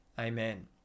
Amen